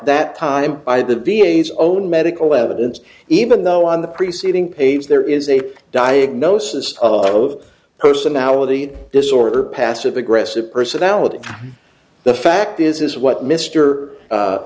that time by the v a s own medical evidence even though on the preceding page there is a diagnosis of personality disorder passive aggressive personality the fact is what m